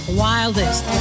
wildest